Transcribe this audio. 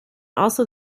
also